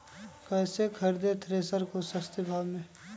कैसे खरीदे थ्रेसर को सस्ते भाव में?